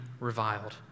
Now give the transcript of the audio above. reviled